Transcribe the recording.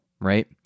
right